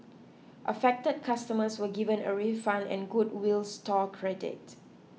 affected customers were given a refund and goodwill store credit